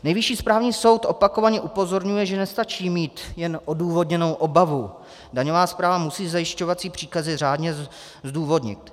Nejvyšší právní soud opakovaně upozorňuje, že nestačí mít jen odůvodněnou obavu, daňová správa musí zajišťovací příkazy řádně zdůvodnit.